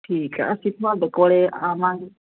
ਠੀਕ ਆ ਅਸੀਂ ਤੁਹਾਡੇ ਕੋਲ ਆਵਾਂਗੇ